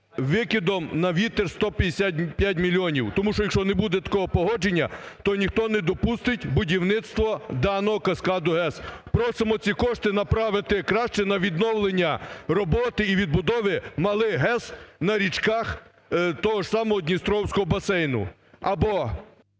викидом на вітер 155 мільйонів, тому що якщо не буде такого погодження, то ніхто не допустить будівництво даного каскаду ГЕС. Просимо ці кошти направити краще на відновлення роботи і відбудови малих ГЕС на річках того ж самого Дністровського басейну або…